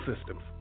systems